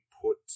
put